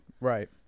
Right